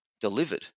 delivered